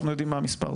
אנחנו יודעים מה המספר.